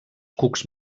cucs